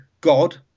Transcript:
God